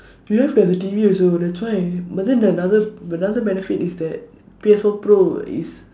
you just get the T_V also that's why but then the another another benefit is that P_S four pro is